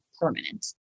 permanent